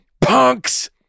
punks